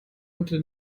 unter